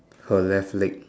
her left leg